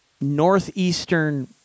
Northeastern